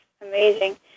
amazing